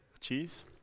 Cheers